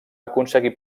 aconseguir